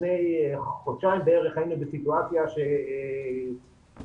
לפני חודשיים בערך היינו בסיטואציה שכל